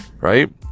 Right